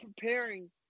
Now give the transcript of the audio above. preparing